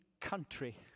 country